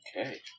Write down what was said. Okay